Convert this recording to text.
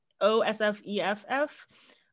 O-S-F-E-F-F